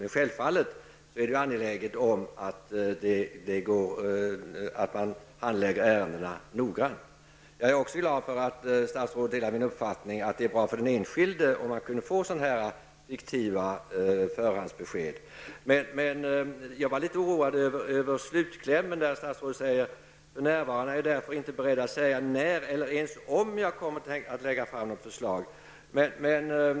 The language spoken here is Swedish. Men självfallet är det angeläget att man handlägger ärendena noggrant. Jag är också glad över att statsrådet delar min uppfattning att det vore bra för den enskilde om man kunde få fiktiva förhandsbesked. Jag blev emellertid litet oroad över slutklämmen i svaret, där statsrådet säger: ''För närvarande är jag därför inte beredd att säga när eller ens om jag kommer att lägga fram något förslag med anledning av betänkandet.''